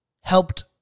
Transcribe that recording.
Helped